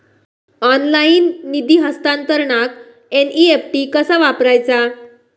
Online निधी हस्तांतरणाक NEFT कसा वापरायचा?